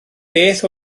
beth